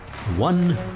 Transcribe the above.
One